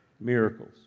miracles